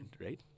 right